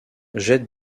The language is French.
jette